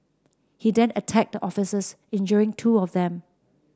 he then attacked the officers injuring two of them